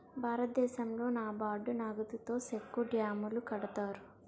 భారతదేశంలో నాబార్డు నగదుతో సెక్కు డ్యాములు కడతారు